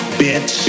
bitch